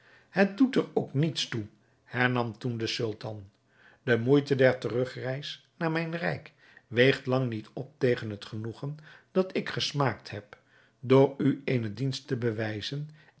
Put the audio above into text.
het doet er ook niets toe hernam toen de sultan de moeite der terugreis naar mijn rijk weegt lang niet op tegen het genoegen dat ik gesmaakt heb door u eene dienst te bewijzen